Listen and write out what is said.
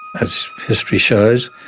as history shows,